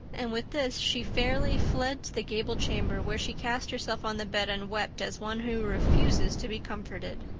and with this she fairly fled to the gable chamber, where she cast herself on the bed and wept as one who refuses to be comforted.